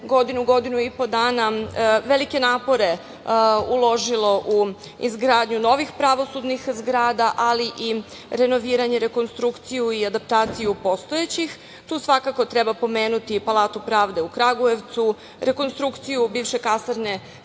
godinu, godinu i po dana velike napore uložilo u izgradnju novih pravosudnih zgrada, ali i renoviranje, rekonstrukciju i adaptaciju postojećih. Tu svakako treba pomenuti, Palatu pravde u Kragujevcu, rekonstrukciju bivše kasarne